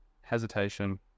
hesitation